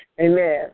Amen